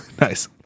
Nice